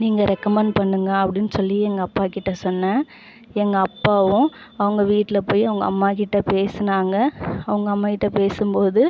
நீங்கள் ரெக்கமண்ட் பண்ணுங்கள் அப்படின் சொல்லி எங்கள் அப்பாகிட்ட சொன்னன் எங்க அப்பாவும் அவங்க வீட்டில் போய் அவங்க அம்மா கிட்ட பேசுனாங்க அவங்க அம்மா கிட்ட பேசும்போது